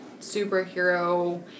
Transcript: superhero